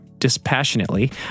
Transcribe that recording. Dispassionately